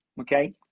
okay